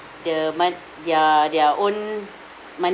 the mon~ their their own money